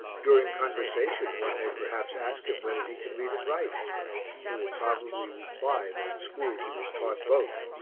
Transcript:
during conversation one may perhaps ask him whether he can read and write he will probably reply that at school he was taught both.